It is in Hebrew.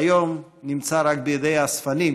שהיום נמצא רק בידי אספנים.